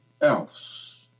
else